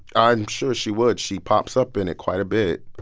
i'm sure she would. she pops up in it quite a bit.